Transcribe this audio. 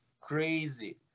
crazy